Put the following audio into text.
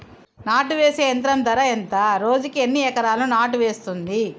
నాటు వేసే యంత్రం ధర ఎంత రోజుకి ఎన్ని ఎకరాలు నాటు వేస్తుంది?